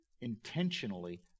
intentionally